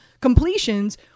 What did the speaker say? completions